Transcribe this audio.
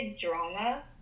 drama